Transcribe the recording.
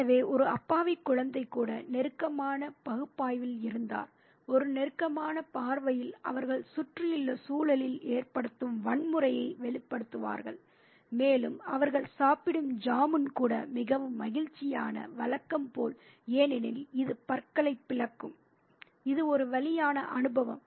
எனவே ஒரு அப்பாவி குழந்தை கூட நெருக்கமான பகுப்பாய்வில் இருந்தார் ஒரு நெருக்கமான பார்வையில் அவர்கள் சுற்றியுள்ள சூழலில் ஏற்படுத்தும் வன்முறையை வெளிப்படுத்துவார்கள் மேலும் அவர்கள் சாப்பிடும் ஜமுன் கூட மிகவும் மகிழ்ச்சியான வழக்கம் அல்ல ஏனெனில் இது பற்களைப் பிளக்கும் இது ஒரு வலியான அனுபவம்